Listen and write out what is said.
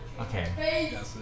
Okay